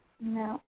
No